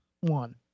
one